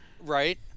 Right